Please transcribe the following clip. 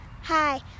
Hi